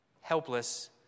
helpless